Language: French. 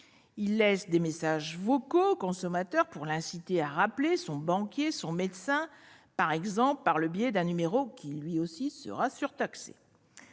qui laissent des messages vocaux au consommateur pour l'inciter à rappeler son banquier ou son médecin, par exemple, par le biais d'un numéro également surtaxé.